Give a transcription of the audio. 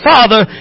Father